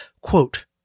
quote